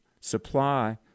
supply